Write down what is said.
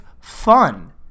fun